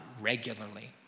regularly